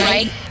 Right